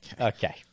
Okay